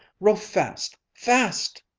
row fast! fast!